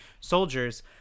soldiers